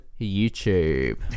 YouTube